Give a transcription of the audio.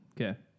Okay